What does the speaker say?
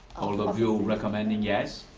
all of you recommending yes?